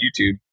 YouTube